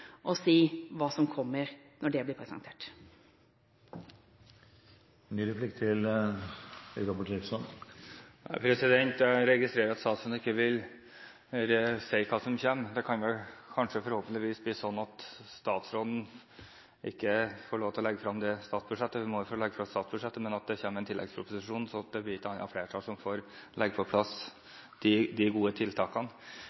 å si hva som kommer, når det blir presentert. Jeg registrerer at statsråden ikke vil si hva som kommer. Det vil forhåpentligvis bli slik at statsråden får legge frem statsbudsjettet, men at det kommer en tilleggsproposisjon, slik at det blir et annet flertall som får på